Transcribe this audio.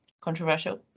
Controversial